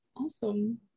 awesome